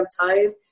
time